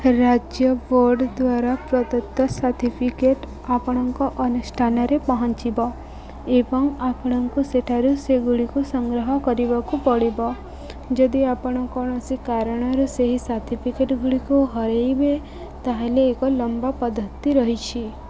ରାଜ୍ୟ ବୋର୍ଡ଼୍ ଦ୍ୱାରା ପ୍ରଦତ୍ତ ସାର୍ଟିଫିକେଟ୍ ଆପଣଙ୍କ ଅନୁଷ୍ଠାନରେ ପହଞ୍ଚିବ ଏବଂ ଆପଣଙ୍କୁ ସେଠାରୁ ସେଗୁଡ଼ିକୁ ସଂଗ୍ରହ କରିବାକୁ ପଡ଼ିବ ଯଦି ଆପଣ କୌଣସି କାରଣରୁ ସେହି ସାର୍ଟିଫିକେଟ୍ଗୁଡ଼ିକୁ ହରାଇବେ ତାହେଲେ ଏକ ଲମ୍ବା ପଦ୍ଧତି ରହିଛି